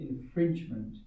infringement